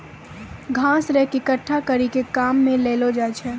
घास रेक एकठ्ठा करी के काम मे लैलो जाय छै